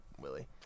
Willie